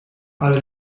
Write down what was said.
are